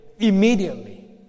Immediately